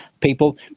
people